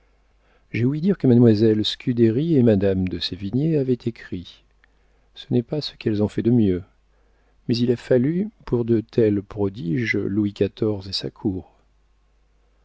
j'ai ouï dire que mademoiselle scudéry et madame de sévigné avaient écrit ce n'est pas ce qu'elles ont fait de mieux mais il a fallu pour de tels prodiges louis xiv et sa cour